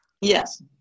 Yes